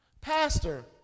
Pastor